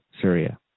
Syria